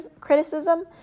criticism